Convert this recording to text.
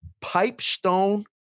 Pipestone